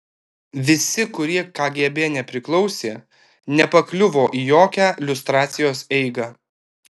visi kurie kgb nepriklausė nepakliuvo į jokią liustracijos eigą